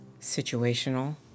situational